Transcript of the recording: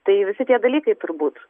tai visi tie dalykai turbūt